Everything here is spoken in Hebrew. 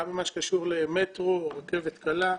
גם במה שקשור למטרו, רכבת קלה,